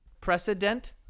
Precedent